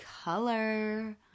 color